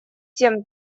семь